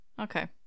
Okay